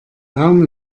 baum